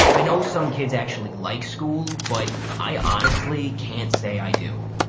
i know some kids actually like school, but i honestly can't say i do.